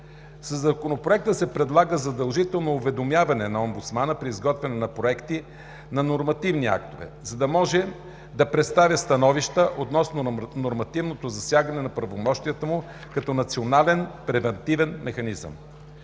Със Законопроекта се предлага задължително уведомяване на омбудсмана при изготвяне на проекти на нормативни актове, за да може да представя становища относно нормативното засягане на правомощията му като национален превантивен механизъм.